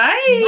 Bye